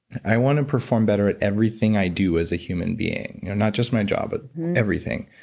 i want to perform better at everything i do as a human being, not just my job, but everything,